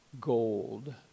gold